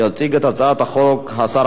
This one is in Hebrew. והיא עוברת לדיון בוועדת הכלכלה.